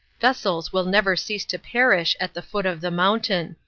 vessels will never cease to perish at the foot of the mountain.